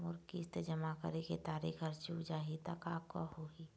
मोर किस्त जमा करे के तारीक हर चूक जाही ता का होही?